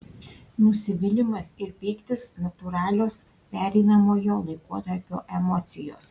nusivylimas ir pyktis natūralios pereinamojo laikotarpio emocijos